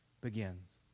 begins